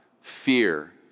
fear